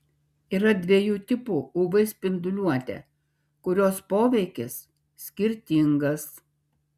yra dviejų tipų uv spinduliuotė kurios poveikis skirtingas